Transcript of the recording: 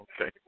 Okay